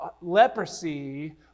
leprosy